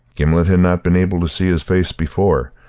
gimblet had not been able to see his face before,